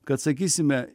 kad sakysime